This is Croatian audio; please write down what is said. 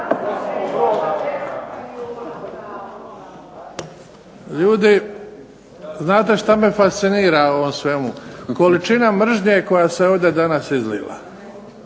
Ljudi znate što me fascinira u ovom svemu? Količina mržnje koja se ovdje danas izliva.